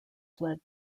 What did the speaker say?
fled